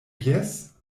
jes